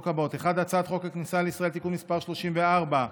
האלה: 1 הצעת חוק הכניסה לישראל (תיקון מס' 34),